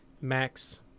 Max